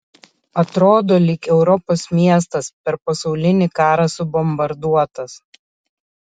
atrodo lyg europos miestas per pasaulinį karą subombarduotas